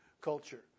culture